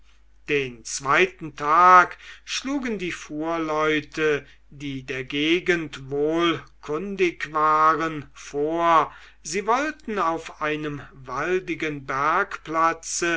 den zweiten tag schlugen die fuhrleute die der gegend wohl kundig waren vor sie wollten auf einem waldigen